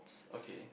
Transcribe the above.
okay